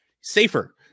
safer